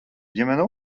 ģimene